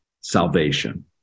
salvation